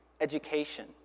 Education